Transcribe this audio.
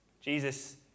Jesus